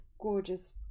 gorgeous